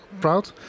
Proud